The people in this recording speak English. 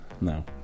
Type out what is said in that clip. No